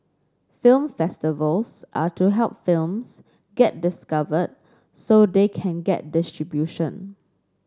film festivals are to help films get discovered so they can get distribution